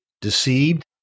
deceived